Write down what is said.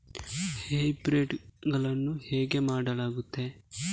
Hybrid ಗಳನ್ನು ಹೇಗೆ ಮಾಡಲಾಗುತ್ತದೆ?